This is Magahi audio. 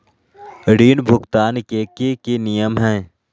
ऋण भुगतान के की की नियम है?